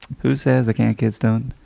who says i can't get stoned?